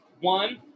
One